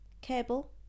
cable